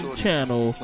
channel